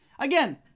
Again